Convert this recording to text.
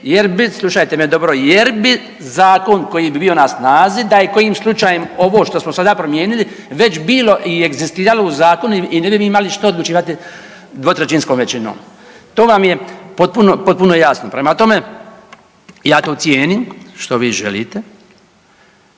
jer bi, slušajte me dobro, jer bi zakon koji bi bio na snazi, da je kojim slučajem ovo što smo sada promijenili, već bilo i egzistiralo u zakonu i ne bi vi imali što odlučivati dvotrećinskom većinom. To vam je potpuno, potpuno jasno. Prema tome, ja to cijenim što vi želite,